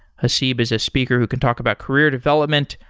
haseeb is a speaker who can talk about career development,